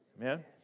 Amen